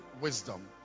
wisdom